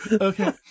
okay